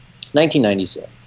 1996